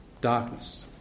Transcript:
Darkness